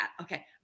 okay